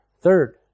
Third